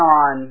on